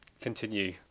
continue